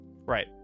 right